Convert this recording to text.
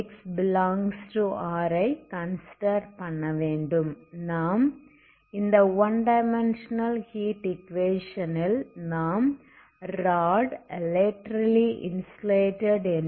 இந்த நாம் 1 dimensional heat equation ல் நாம் ராட் லேட்டரல்லி இன்சுலேட்டட்laterally insulated